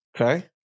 okay